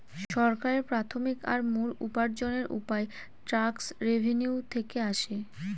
সরকারের প্রাথমিক আর মূল উপার্জনের উপায় ট্যাক্স রেভেনিউ থেকে আসে